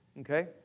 Okay